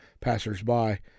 passers-by